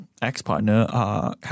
ex-partner